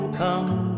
come